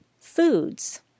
foods